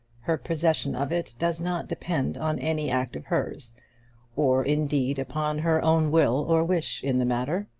her possession of it does not depend on any act of hers or, indeed, upon her own will or wish in the matter.